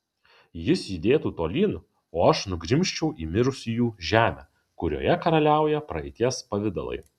jis judėtų tolyn o aš nugrimzčiau į mirusiųjų žemę kurioje karaliauja praeities pavidalai